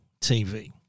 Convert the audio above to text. TV